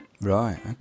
Right